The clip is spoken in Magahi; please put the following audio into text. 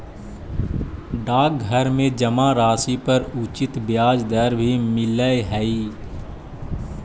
डाकघर में जमा राशि पर उचित ब्याज दर भी मिलऽ हइ